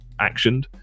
actioned